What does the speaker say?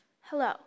Hello